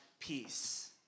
peace